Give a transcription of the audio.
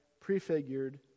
prefigured